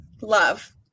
love